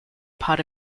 part